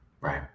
Right